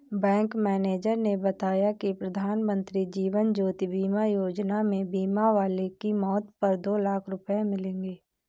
bank manager ने बताया कि प्रधानमंत्री जीवन ज्योति बीमा योजना में बीमा वाले की मौत पर दो लाख रूपये मिलेंगे